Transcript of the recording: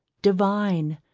divine!